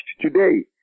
today